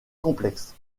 complexe